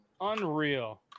Unreal